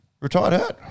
Retired